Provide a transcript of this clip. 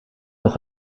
nog